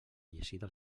llegida